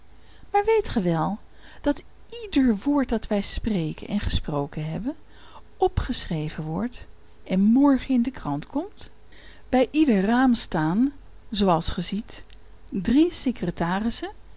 maar weet ge wel dat ieder woord dat wij spreken en gesproken hebben opgeschreven wordt en morgen in de krant komt bij ieder raam staan zooals ge ziet drie secretarissen